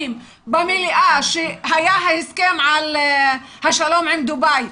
במליאה כשהיה ההסכם על השלום עם דובאי.